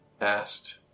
asked